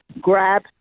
grab